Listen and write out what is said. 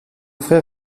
frère